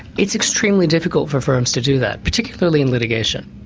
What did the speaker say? it's extremely difficult for firms to do that, particularly in litigation.